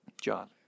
John